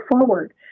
forward